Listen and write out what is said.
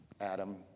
Adam